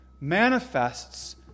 manifests